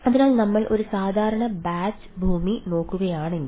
അതിനാൽ നമ്മൾ ഒരു സാധാരണ ബാച്ച് ഭൂമി നോക്കുകയാണെങ്കിൽ